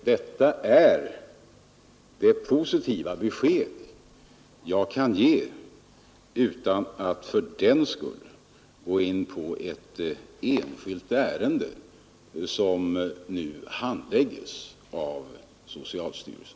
Detta är det positiva besked jag kan ge utan att gå in på ett enskilt ärende som handläggs av socialstyrelsen.